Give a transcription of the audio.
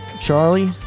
Charlie